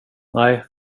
nej